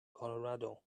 colorado